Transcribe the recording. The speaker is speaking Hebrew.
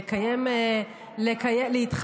לעשות פרובוקציה בכותל.